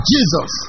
Jesus